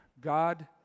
God